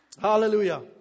Hallelujah